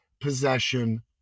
possession